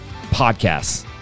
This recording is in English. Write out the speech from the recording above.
podcasts